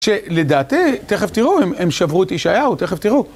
שלדעתי, תכף תראו, הם שברו את ישעיהו, תכף תראו.